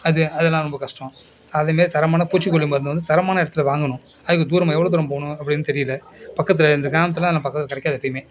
அது அதெல்லாம் ரொம்ப கஷ்டம் அது மாரி தரமான பூச்சிக்கொல்லி மருந்து வந்து தரமான இடத்துல வாங்கணும் அதுக்கு தூரமாக எவ்வளோ தூரம் போகணும் அப்படின்னு தெரியிலை பக்கத்துல இந்த கிராமத்திலலாம் அதெலாம் பக்கத்தில் கிடைக்காது எப்போயுமே